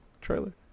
trailer